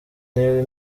nelly